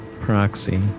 proxy